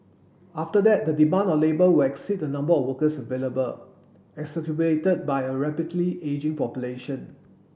after that the demand of labour will exceed the number of workers available exacerbated by a rapidly ageing population